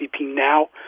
now